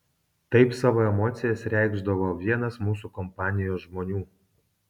taip savo emocijas reikšdavo vienas mūsų kompanijos žmonių